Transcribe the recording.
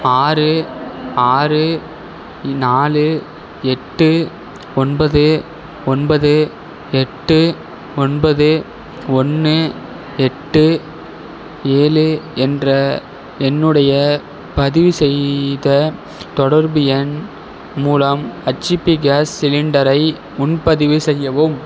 ஆறு ஆறு நாலு எட்டு ஒன்பது ஒன்பது எட்டு ஒன்பது ஒன்று எட்டு ஏழு என்ற என்னுடைய பதிவுசெய்த தொடர்பு எண் மூலம் ஹச்சிபி கேஸ் சிலிண்டரை முன்பதிவு செய்யவும்